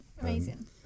Amazing